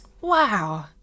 Wow